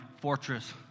fortress